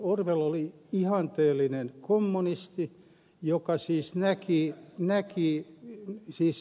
orwell oli ihanteellinen kommunisti joka siis näki